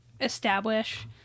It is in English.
establish